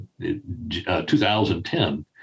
2010